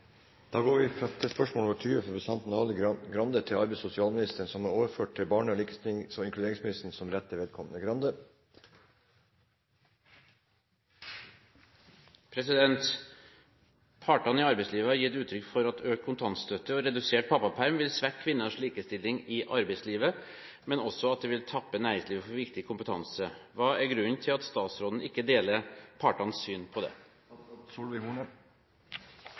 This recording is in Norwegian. fra representanten Arild Grande til arbeids- og sosialministeren, er overført til barne-, likestillings- og inkluderingsministeren som rette vedkommende. «Partene i arbeidslivet har gitt uttrykk for at økt kontantstøtte og redusert pappaperm vil svekke kvinnenes stilling i arbeidslivet, men også at det vil tappe næringslivet for viktig kompetanse. Hva er grunnen til at statsråden ikke deler partenes syn på dette?» Først av alt: Takk for spørsmålet. Det